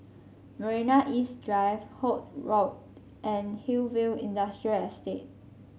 Marina East Drive Holt Road and Hillview Industrial Estate